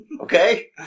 Okay